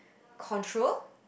control